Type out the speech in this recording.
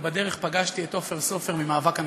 ובדרך פגשתי את עופר סופר ממאבק הנכים.